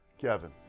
Kevin